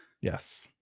Yes